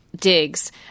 digs